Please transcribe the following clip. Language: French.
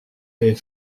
est